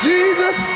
Jesus